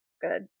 good